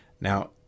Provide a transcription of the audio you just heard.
Now